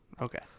Okay